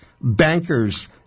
bankers